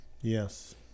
Yes